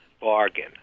bargain